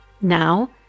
Now